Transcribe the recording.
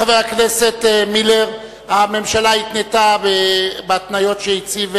חבר הכנסת מילר, הממשלה התנתה בהתניות שהציב השר.